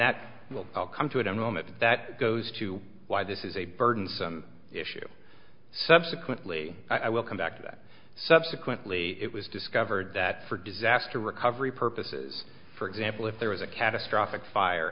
that will come to an enrollment that goes to why this is a burden for issue subsequently i will come back to that subsequently it was discovered that for disaster recovery purposes for example if there was a catastrophic fire